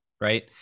right